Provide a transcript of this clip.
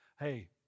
hey